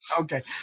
Okay